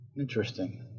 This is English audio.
Interesting